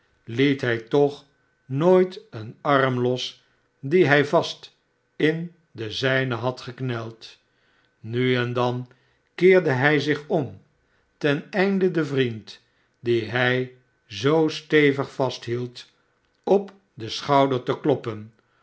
liet hij toch nooit een arm los dien hij vast in den zijnen had gekneld nu en dan keerde hij zich om ten einde den vriend dien hij zoo stevig vasthield op den schouder te kloppen